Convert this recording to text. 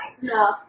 No